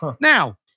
Now